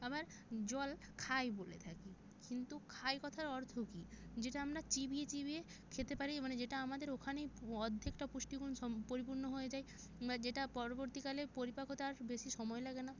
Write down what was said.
আবার জল খাই বলে থাকি কিন্তু খাই কথার অর্থ কী যেটা আমরা চিবিয়ে চিবিয়ে খেতে পারি মানে যেটা আমাদের ওখানেই অদ্ধেকটা পুষ্টিগুণ সমপরিপূর্ণ হয়ে যায় মানে যেটা পরবর্তীকালে পরিপাক হতে আর বেশি সময় লাগে না